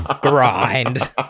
Grind